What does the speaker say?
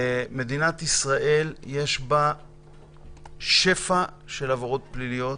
מדינת ישראל יש בה שפע של עבירות פליליות,